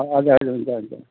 हजुर हजुर हुन्छ हुन्छ